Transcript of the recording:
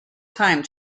time